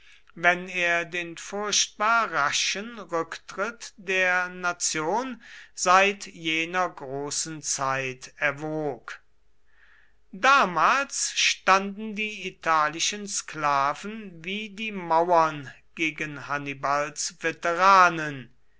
wenn er den furchtbar raschen rücktritt der nation seit jener großen zeit erwog damals standen die italischen sklaven wie die mauern gegen hannibals veteranen